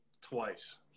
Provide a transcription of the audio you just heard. twice